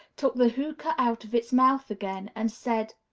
took the hookah out of its mouth again, and said,